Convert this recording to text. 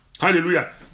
hallelujah